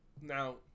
now